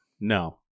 No